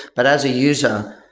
but as a user,